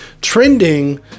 trending